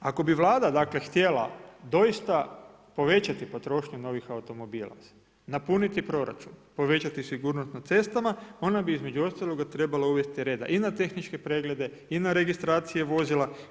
Ako bi Vlada dakle htjela doista povećati potrošnju novih automobila, napuniti proračun, povećati sigurnost na cestama, ona bi između ostaloga trebala uvesti reda i na tehničke preglede i na registracije vozila.